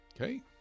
Okay